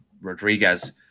Rodriguez